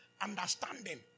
understanding